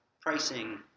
pricing